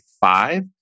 five